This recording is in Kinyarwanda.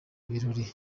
birori